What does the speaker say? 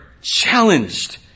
challenged